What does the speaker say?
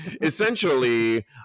essentially